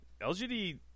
LGD